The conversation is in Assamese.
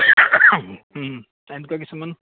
এনেকুৱা কিছুমান